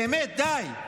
באמת, די.